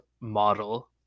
model